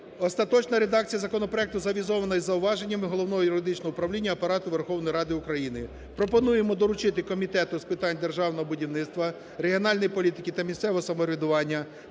Остаточна редакція законопроекту завізована із зауваженнями Головного юридичного управління Апарату Верховної Ради України. Пропонуємо доручити Комітету з питань державного будівництва, регіональної політики та місцевого самоврядування